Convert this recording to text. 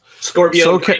Scorpio